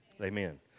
Amen